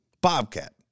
Bobcat